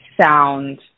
sound